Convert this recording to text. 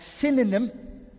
synonym